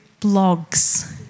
blogs